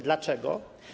Dlaczego?